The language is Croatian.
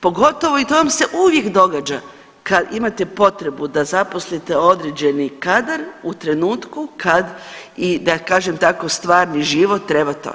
pogotovo i to vam se uvijek događa kad imate potrebu da zaposlite određeni kadar u trenutku kad i da kažem tako stvarni život treba to.